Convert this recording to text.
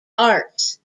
arts